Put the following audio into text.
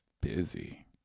busy